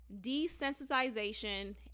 Desensitization